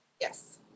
Yes